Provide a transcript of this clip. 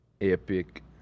Epic